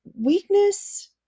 weakness